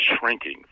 shrinking